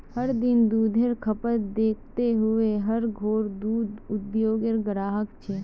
हर दिन दुधेर खपत दखते हुए हर घोर दूध उद्द्योगेर ग्राहक छे